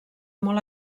molt